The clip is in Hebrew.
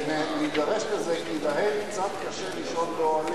ונידרש לזה, כי להם קצת קשה לישון באוהלים.